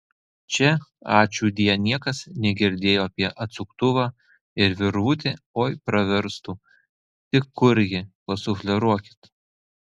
čia ačiūdie niekas negirdėjo apie atsuktuvą ir virvutė oi praverstų tik kur ji pasufleruokit